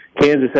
Kansas